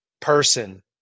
person